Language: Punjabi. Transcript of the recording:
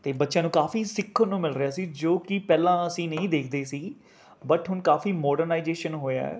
ਅਤੇ ਬੱਚਿਆਂ ਨੂੰ ਕਾਫੀ ਸਿੱਖਣ ਨੂੰ ਮਿਲ ਰਿਹਾ ਸੀ ਜੋ ਕਿ ਪਹਿਲਾਂ ਅਸੀਂ ਨਹੀਂ ਦੇਖਦੇ ਸੀ ਬਟ ਹੁਣ ਕਾਫੀ ਮੋਡਰਨਾਈਜੇਸ਼ਨ ਹੋਇਆ